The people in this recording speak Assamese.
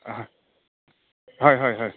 হয় হয় হয় হয়